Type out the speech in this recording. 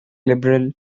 liberal